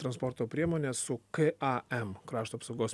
transporto priemonės su k a em krašto apsaugos